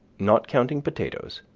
not counting potatoes,